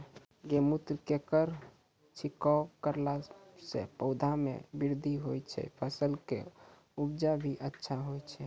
गौमूत्र केरो छिड़काव करला से पौधा मे बृद्धि होय छै फसल के उपजे भी अच्छा होय छै?